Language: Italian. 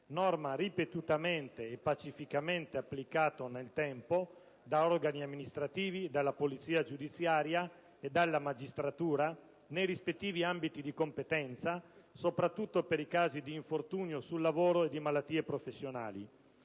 norma ripetutamente e pacificamente applicata nel tempo da organi amministrativi, dalla polizia giudiziaria e dalla magistratura, nei rispettivi ambiti di competenza, soprattutto per i casi di infortunio sul lavoro e di malattie professionali.